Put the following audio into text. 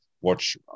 watch